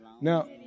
Now